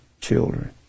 children